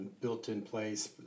built-in-place